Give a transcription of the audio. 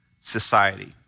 society